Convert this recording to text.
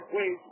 Wait